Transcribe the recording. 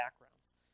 backgrounds